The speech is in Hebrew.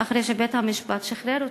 ואחרי שבית-המשפט שחרר אותם.